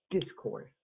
discourse